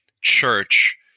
church